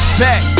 back